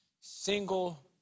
single